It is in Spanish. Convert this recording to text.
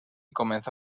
comenzó